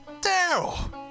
Daryl